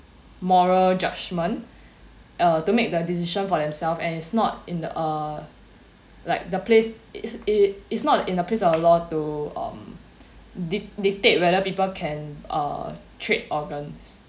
moral judgement uh to make the decision for themselves and is not in the uh like the place it's it is not in a place of law to um dic~ dictate whether people can err trade organs